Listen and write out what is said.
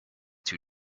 two